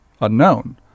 unknown